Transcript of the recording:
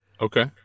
Okay